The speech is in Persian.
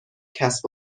کسب